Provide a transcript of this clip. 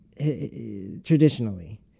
traditionally